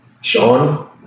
Sean